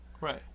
right